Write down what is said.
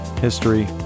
history